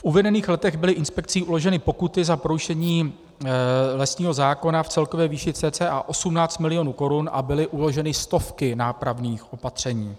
V uvedených letech byly inspekcí uloženy pokuty za porušení lesního zákona v celkové výši cca 18 milionů korun a byly uloženy stovky nápravných opatření.